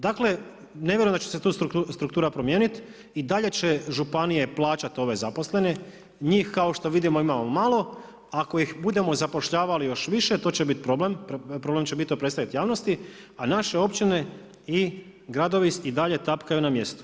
Dakle ne vjerujem da će se tu struktura promijeniti i dalje će županije plaćati ove zaposlene, njih kao što vidimo imamo malo, ako ih budemo zapošljavali još više to će biti problem, probleme će biti to predstaviti javnosti, a naše općine i gradovi i dalje tapkaju na mjestu.